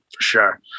sure